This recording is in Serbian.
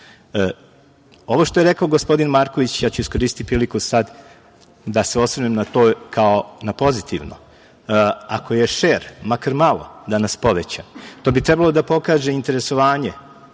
što je rekao gospodin Marković, ja ću iskoristiti priliku sad da se osvrnem na to kao na pozitivno. Ako je šer makar malo danas povećan, to bi trebalo da pokaže interesovanje